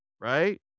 right